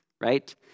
right